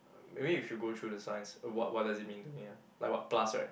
maybe if you go through the Science what what does it mean to me ah like what plus right